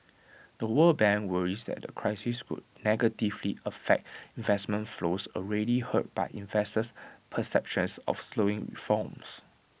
the world bank worries that the crisis could negatively affect investment flows already hurt by investor perceptions of slowing reforms